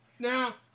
Now